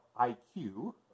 IQ